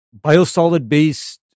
biosolid-based